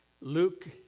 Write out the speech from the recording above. Luke